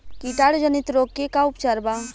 कीटाणु जनित रोग के का उपचार बा?